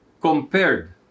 compared